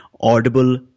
Audible